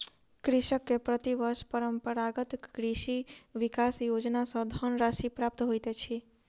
कृषक के प्रति वर्ष परंपरागत कृषि विकास योजना सॅ धनराशि प्राप्त होइत अछि